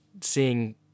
seeing